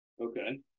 Okay